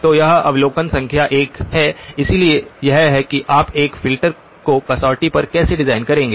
तो यह अवलोकन संख्या 1 है इसलिए यह है कि आप एक फिल्टर को कसौटी पर कैसे डिजाइन करेंगे